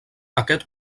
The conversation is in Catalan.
aquest